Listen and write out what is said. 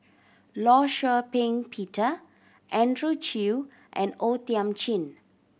Law Shau Ping Peter Andrew Chew and O Thiam Chin